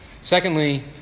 Secondly